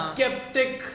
Skeptic